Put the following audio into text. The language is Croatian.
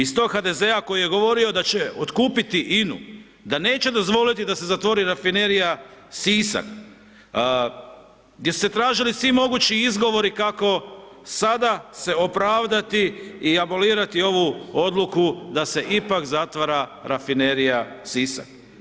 Iz toga HDZ-a koji je govorio da će otkupiti INA-u, da neće dozvoliti da se zatvori Rafinerija Sisak, gdje su se tražili svi mogući izgovori kako sada se opravdati i abolirati ovu odluku da se ipak zatvara Rafinerija Sisak.